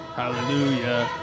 hallelujah